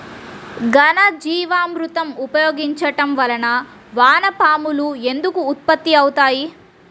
ఘనజీవామృతం ఉపయోగించటం వలన వాన పాములు ఎందుకు ఉత్పత్తి అవుతాయి?